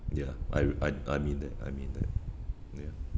ya I I I mean that I mean that ya